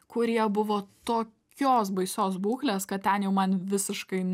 kurie buvo tokios baisios būklės kad ten jau man visiškai